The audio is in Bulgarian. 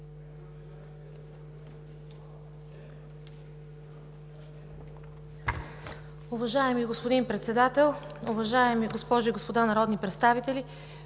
Уважаеми господин Председател, уважаеми госпожи и господа народни представители!